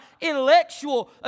intellectual